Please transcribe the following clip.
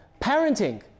Parenting